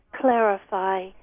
clarify